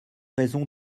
raisons